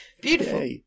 Beautiful